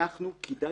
כדאי